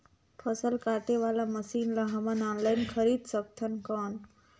फसल काटे वाला मशीन ला हमन ऑनलाइन खरीद सकथन कौन?